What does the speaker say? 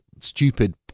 stupid